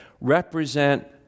represent